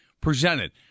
presented